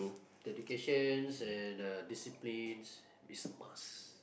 the educations and uh disciplines is a must